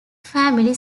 family